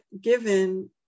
given